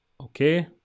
Okay